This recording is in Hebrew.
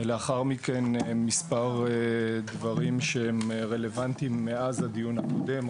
ולאחר מכן מספר דברים שהם רלוונטיים מאז הדיון הקודם.